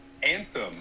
Anthem